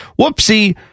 whoopsie